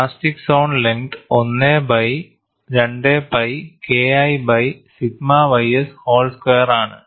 plastic zone length 1 by 2 pi KI by sigma ys whole square ആണ്